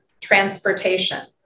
transportation